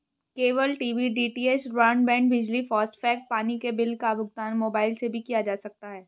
cable TV DTH, broadband, बिजली, FASTag, पानी के बिल का भुगतान मोबाइल से भी किया जा सकता है